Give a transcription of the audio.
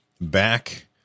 back